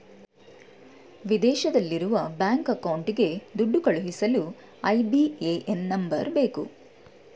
ವಿದೇಶದಲ್ಲಿರುವ ಬ್ಯಾಂಕ್ ಅಕೌಂಟ್ಗೆ ದುಡ್ಡು ಕಳಿಸಲು ಐ.ಬಿ.ಎ.ಎನ್ ನಂಬರ್ ಬೇಕು